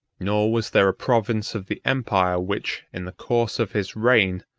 nor was there a province of the empire which, in the course of his reign,